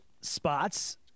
spots